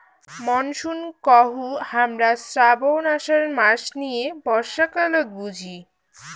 monsoon কহু হামরা শ্রাবণ, আষাঢ় মাস নিয়ে বর্ষাকালত বুঝি